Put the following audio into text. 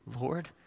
Lord